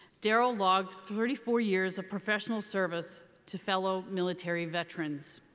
darryl logged thirty four years of professional service to fellow military veterans.